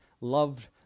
loved